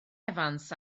evans